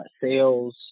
sales